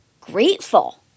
grateful